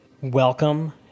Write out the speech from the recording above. Welcome